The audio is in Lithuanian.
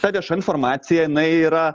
ta vieša informacija jinai yra